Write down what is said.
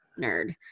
nerd